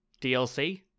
DLC